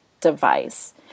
device